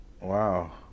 Wow